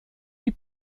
die